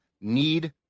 need